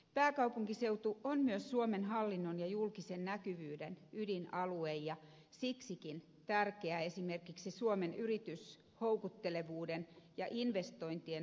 pääkaupunkiseutu on myös suomen hallinnon ja julkisen näkyvyyden ydinalue ja siksikin tärkeä esimerkiksi suomen yrityshoukuttelevuuden ja investointien hakeutumisen näkökulmasta